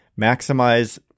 maximize